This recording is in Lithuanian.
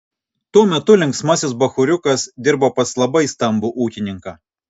tuo metu linksmasis bachūriukas dirbo pas labai stambų ūkininką